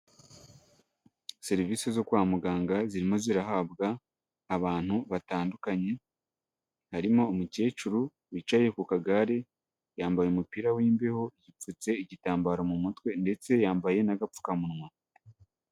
Serivisi zo kwa muganga zirimo zirahabwa abantu batandukanye, harimo umukecuru wicaye ku kagare yambaye umupira w'imbeho yipfutse igitambaro mu mutwe ndetse yambaye n'agapfukamunwa.